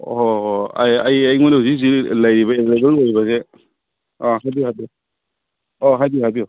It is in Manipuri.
ꯑꯣ ꯑꯩꯉꯣꯟꯗ ꯍꯧꯖꯤꯛ ꯍꯧꯖꯤꯛ ꯂꯩꯔꯤꯕ ꯑꯦꯚꯥꯏꯂꯦꯕꯜ ꯑꯣꯏꯔꯤꯕꯁꯦ ꯑꯥ ꯍꯥꯏꯕꯤꯌꯨ ꯍꯥꯏꯕꯤꯌꯨ ꯑꯣ ꯍꯥꯏꯕꯤꯌꯨ ꯍꯥꯏꯕꯤꯌꯨ